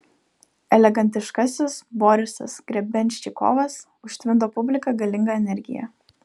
elegantiškasis borisas grebenščikovas užtvindo publiką galinga energija